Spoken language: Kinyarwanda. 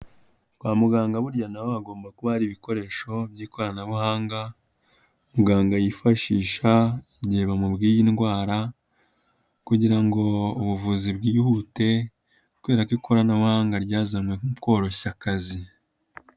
Kwa muganga burya na ho hagomba kuba hari ibikoresho by'ikoranabuhanga, muganga yifashisha igihe bamubwiye indwara kugira ngo ubuvuzi bwihute kubera ko ikoranabuhanga ryazanywe mu koroshya akazi.